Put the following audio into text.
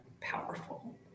powerful